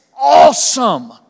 awesome